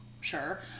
sure